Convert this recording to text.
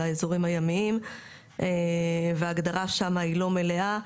האזורים הימיים וההגדרה שם היא לא מלאה,